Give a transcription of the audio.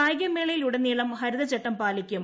കായികമേളയിലുടനീളം ഹരിതചട്ടം പാലിക്കും